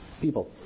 People